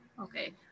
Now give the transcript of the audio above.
Okay